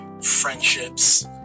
friendships